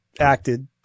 acted